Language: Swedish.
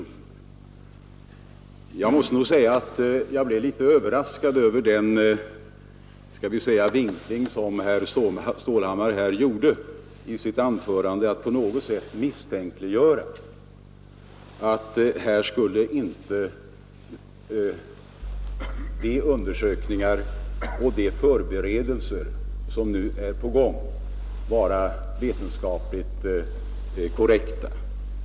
Jag måste nog säga att jag blev något överraskad över den ”vinkling” som herr Stålhammar gjorde i sitt anförande genom att på något sätt misstänkliggöra de undersökningar och förberedelser som nu är på gång och antyda att de inte skulle vara vetenskapligt korrekta.